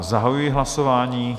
Zahajuji hlasování.